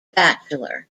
bachelor